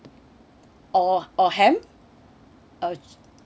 or or ham uh